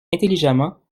intelligemment